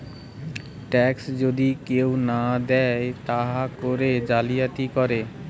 tax যদি কেহু না দেয় তা করে জালিয়াতি করে